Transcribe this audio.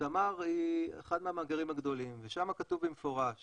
שתמר היא אחד מהמאגרים הגדולים ושם כתוב במפורש